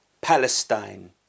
Palestine